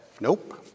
nope